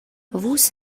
vus